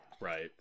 Right